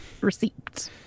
Receipt